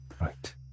Right